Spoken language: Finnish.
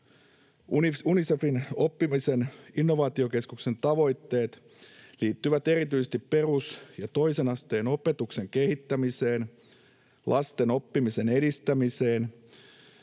Unicefin oppimisen innovaatiokeskuksen tavoitteet liittyvät erityisesti perus- ja toisen asteen opetuksen kehittämiseen, lasten oppimisen edistämiseen